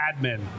admin